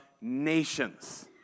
nations